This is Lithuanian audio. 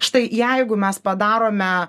štai jeigu mes padarome